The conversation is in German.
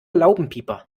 laubenpieper